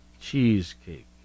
Cheesecake